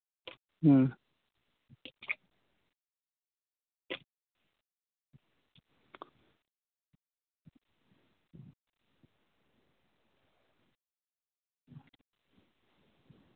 ᱦᱩᱸ